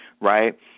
right